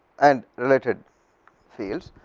and related fields,